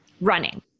running